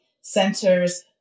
centers